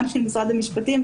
גם של משרד המשפטים,